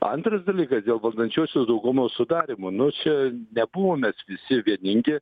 antras dalykas dėl valdančiosios daugumos sudarymo nu čia nebuvom mes visi vieningi